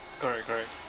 correct correct